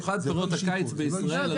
במיוחד פירות הקיץ בישראל,